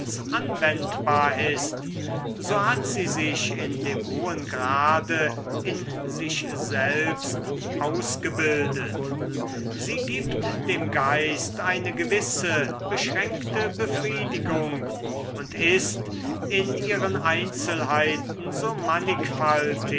anwendbar ist so hat sie sich in dem hohen grade in sich selbst ausgebildet sie gibt dem geist eine gewisse beschränkte befriedigung und ist in ihren einzelnheiten so mannigfaltig